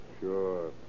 Sure